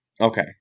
okay